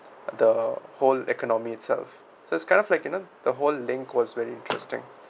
the whole economy itself so it's kind of like you know the whole link was very interesting